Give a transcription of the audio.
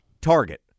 Target